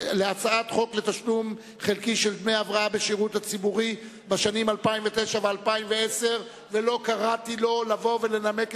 קבוצת